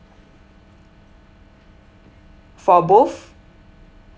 for both